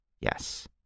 Yes